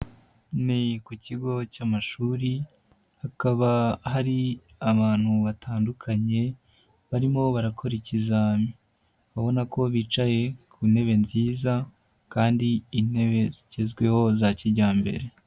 Ni ku kigo cy'amashuri, hakaba hari abantu batandukanye, barimo barakora ikizami. Urabona ko bicaye ku ntebe nziza kandi intebe zigezweho za kijyambere.